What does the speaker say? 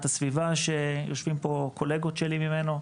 הסביבה שיושבים פה קולגות שלי ממנו,